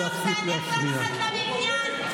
תגיד, אתה מסוגל לענות לעניין פעם אחת?